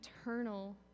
eternal